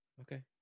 Okay